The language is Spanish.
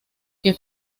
que